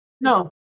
No